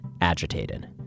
agitated